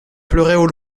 pleuraient